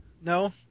No